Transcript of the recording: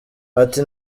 ati